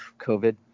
COVID